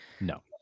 No